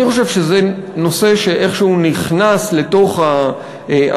אני חושב שזה נושא שאיכשהו נכנס לאג'נדה